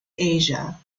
asia